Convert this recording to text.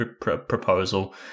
proposal